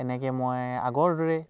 এনেকৈ মই আগৰদৰে